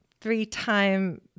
three-time